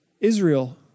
Israel